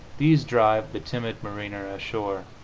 these drive the timid mariner ashore.